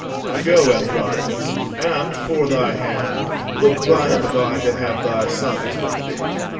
i go, andronicus and for thy hand look by and by to have thy sons with thee.